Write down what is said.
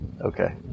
Okay